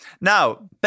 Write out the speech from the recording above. Now